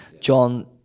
John